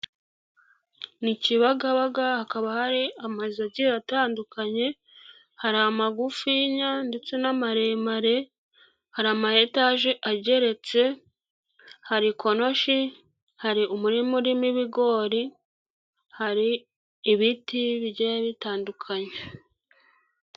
Ni Kibagabaga, hakaba hari amazu agiye atandukanye, hari amagufiya ndetse n'amaremare, hari ama etage ageretse, hari konoshi, hari umurima urimo ibigori, hari ibiti bigiye bitandukanye.